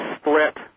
split